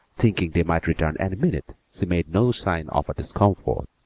thinking they might return any minute, she made no sign of her discomfort.